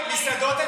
מסעדות,